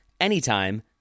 anytime